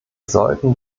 sollten